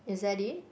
is that it